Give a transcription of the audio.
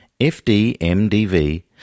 FDMDV